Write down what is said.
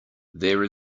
there